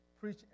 preach